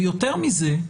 ויותר מזה,